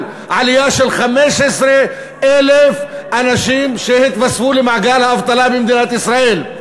על 15,000 אנשים שהתווספו למעגל האבטלה במדינת ישראל.